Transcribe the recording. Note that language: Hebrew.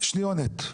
שניונת,